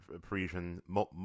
Parisian